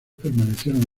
permanecieron